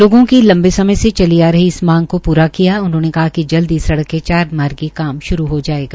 लोगों की लंबे समय से चली आ रही इस मांग को पूरा किया उन्होंने कहा कि जल्द ही सड़क के चार मार्गी का शुरू हो जायेगा